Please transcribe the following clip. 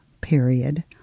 Period